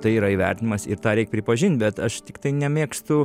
tai yra įvertinimas ir tą reik pripažint bet aš tiktai nemėgstu